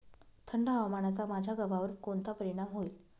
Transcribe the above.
थंड हवामानाचा माझ्या गव्हावर कोणता परिणाम होईल?